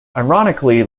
ironically